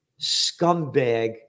scumbag